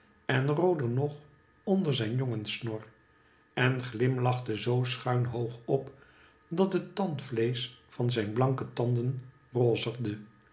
en rooder nog onder zijn jongenssnor en glimlachte zoo schuin hoog op dat het tandvleesch van zijn blanke tanden rozigde